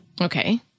Okay